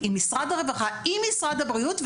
משרד הרווחה ומשרד הבריאות,